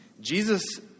Jesus